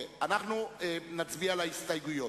אנחנו נצביע על ההסתייגויות.